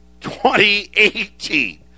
2018